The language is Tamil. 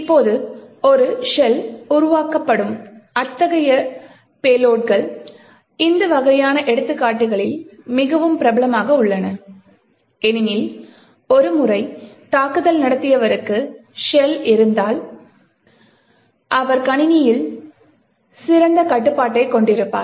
இப்போது ஒரு ஷெல் உருவாக்கப்படும் அத்தகைய பேலோடுகள் இந்த வகையான எடுத்துக்காட்டுகளில் மிகவும் பிரபலமாக உள்ளன ஏனெனில் ஒரு முறை தாக்குதல் நடத்தியவருக்கு ஷெல் இருந்தால் அவர் கணினியில் சிறந்த கட்டுப்பாட்டைக் கொண்டிருப்பார்